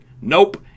Nope